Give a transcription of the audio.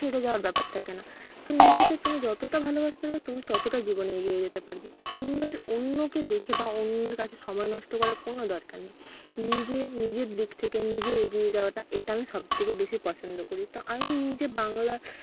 ছেড়ে যাওয়ার ব্যাপার থাকে না তো নিজেকে তুমি যতটা ভালোবাসতে পারো তুমি ততটা জীবনে এগিয়ে নিয়ে যেতে পারবে অন্যের অন্যকে দেখে বা অন্যের কাছে সময় নষ্ট করার কোনো দরকার নেই নিজের নিজের দিক থেকে নিজের এগিয়ে যাওয়াটা এটা আমি সব থেকে বেশি পছন্দ করি তো আমি নিজে বাংলা